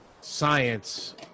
science